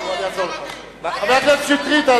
חבר הכנסת שטרית.